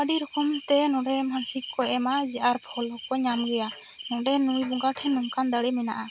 ᱟᱹᱰᱤ ᱨᱚᱠᱚᱢ ᱛᱮ ᱱᱚᱸᱰᱮ ᱢᱟᱹᱱᱥᱤᱠ ᱠᱚ ᱮᱢᱟ ᱡᱟᱨ ᱯᱷᱚᱞ ᱦᱚᱸ ᱠᱚ ᱧᱟᱢ ᱜᱮᱭᱟ ᱱᱚᱸᱰᱮ ᱱᱩᱭ ᱵᱚᱸᱜᱟ ᱴᱷᱮᱱ ᱱᱚᱝᱠᱟᱱ ᱫᱟᱲᱮ ᱢᱮᱱᱟᱜᱼᱟ